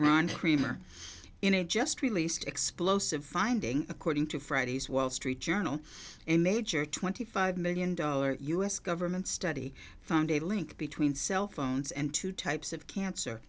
ron creamer in a just released explosive finding according to friday's wall street journal a major twenty five million dollars u s government study found a link between cell phones and two types of cancer